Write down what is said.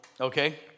okay